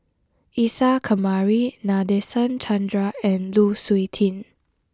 Isa Kamari Nadasen Chandra and Lu Suitin